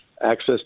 access